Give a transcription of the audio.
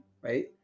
Right